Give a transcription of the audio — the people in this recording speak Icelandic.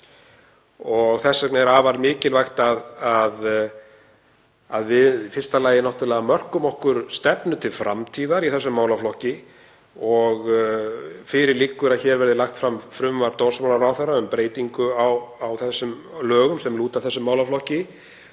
dag. Þess vegna er afar mikilvægt í fyrsta lagi að við mörkum okkur stefnu til framtíðar í þessum málaflokki. Fyrir liggur að hér verður lagt fram frumvarp dómsmálaráðherra um breytingu á þessum lögum sem lúta að þessum málaflokki